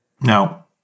Now